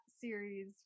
series